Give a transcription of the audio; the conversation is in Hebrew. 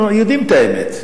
אנחנו יודעים את האמת: